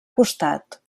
costat